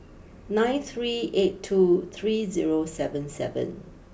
nine three eight two three zero seven seven